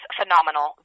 phenomenal